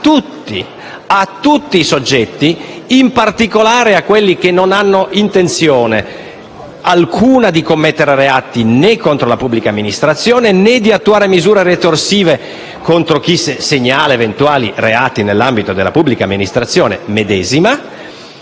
a tutti i soggetti, in particolare a coloro che non hanno alcuna intenzione né di commettere reati contro la pubblica amministrazione né di attuare misure ritorsive contro chi segnala eventuali reati nell'ambito della pubblica amministrazioni,